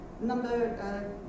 number